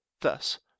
Thus